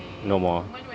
no more ah